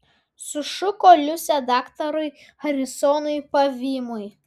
sušuko liusė daktarui harisonui pavymui